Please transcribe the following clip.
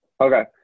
Okay